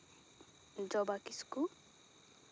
ᱡᱚᱵᱟ ᱠᱤᱥᱠᱩ